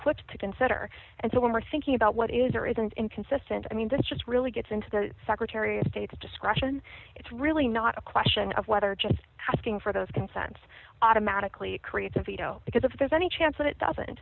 equipped to consider and so when we're thinking about what is or isn't inconsistent i mean that just really gets into the secretary of state's discretion it's really not a question of whether just asking for those consents automatically creates a veto because if there's any chance that it doesn't